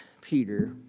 Peter